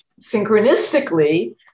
synchronistically